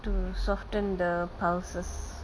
to soften the pulses